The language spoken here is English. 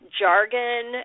jargon